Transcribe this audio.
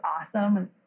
awesome